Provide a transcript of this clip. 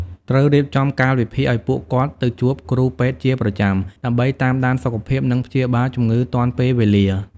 ត្រូវរៀបចំកាលវិភាគឱ្យពួកគាត់ទៅជួបគ្រូពេទ្យជាប្រចាំ ដើម្បីតាមដានសុខភាព និងព្យាបាលជំងឺទាន់ពេលវេលា។